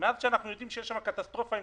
מאז שאנחנו יודעים שיש שם קטסטרופה עם